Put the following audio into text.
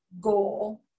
goal